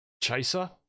Chaser